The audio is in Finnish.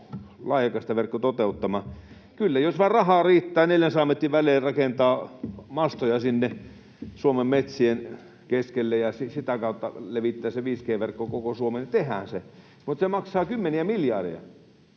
laajakaistaverkko toteuttamaan? Kyllä, jos vaan rahaa riittää 400 metrin välein rakentaa mastoja sinne Suomen metsien keskelle ja sitä kautta levittää se 5G-verkko koko Suomeen, niin tehdään se, mutta se maksaa kymmeniä miljardeja